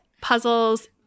puzzles